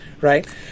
right